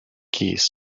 keys